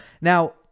Now